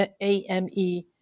AME